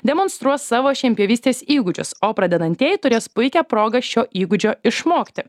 demonstruos savo šienpjovystės įgūdžius o pradedantieji turės puikią progą šio įgūdžio išmokti